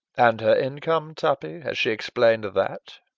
and her income, tuppy? has she explained that?